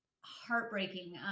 heartbreaking